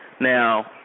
Now